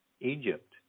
egypt